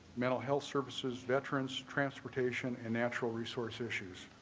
mental health services veterans transportation and natural resource issues.